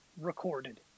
Recorded